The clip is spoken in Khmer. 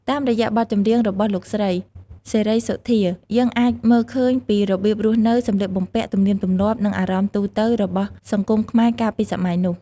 តាមរយៈបទចម្រៀងរបស់លោកស្រី សេរីសុទ្ធា យើងអាចមើលឃើញពីរបៀបរស់នៅ សម្លៀកបំពាក់ ទំនៀមទម្លាប់ និងអារម្មណ៍ទូទៅរបស់សង្គមខ្មែរកាលពីសម័យនោះ។